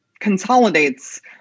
consolidates